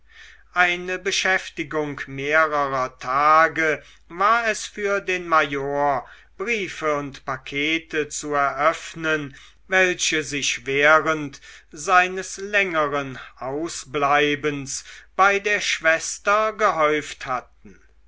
eine beschäftigung mehrerer tage war es für den major briefe und pakete zu eröffnen welche sich während seines längeren ausbleibens bei der schwester gehäuft hatten